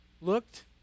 looked